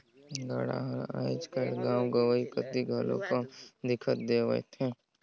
गाड़ा हर आएज काएल गाँव गंवई कती घलो कम दिखई देवत हे